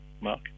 Mark